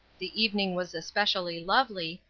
the evening was especially lovely,